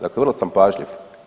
Dakle vrlo sam pažljiv.